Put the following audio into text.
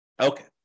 Okay